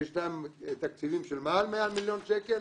שיש להן תקציבים של מעל 100 מיליון שקל